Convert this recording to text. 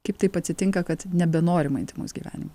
kaip taip atsitinka kad nebenorima intymaus gyvenimo